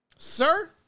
Sir